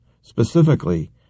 Specifically